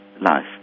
life